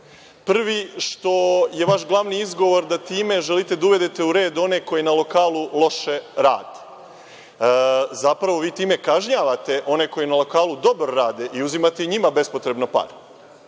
Prvi je što je vaš glavni izgovor da time želite da uvedete u red one koji na lokalu loše rade. Zapravo, vi time kažnjavate one koji na lokalu dobro rade i uzimate i njima bespotrebno pare.